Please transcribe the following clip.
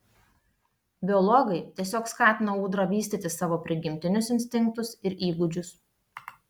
biologai tiesiog skatina ūdra vystyti savo prigimtinius instinktus ir įgūdžius